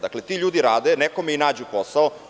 Dakle, ti ljudi rade, nekome i nađu posao.